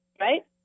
right